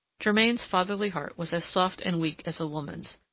germain's fatherly heart was as soft and weak as a woman's.